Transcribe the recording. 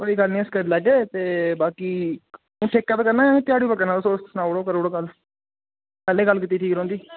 कोई गल्ल नीं अस करी लैगे ते बाकी तुसें ठेके पर करना जां ध्याड़ी पर करना तुस सनाई ओड़ो करी ओड़ो गल्ल पैह्लें गल्ल कीती दी ठीक रौंह्दी